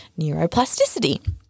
neuroplasticity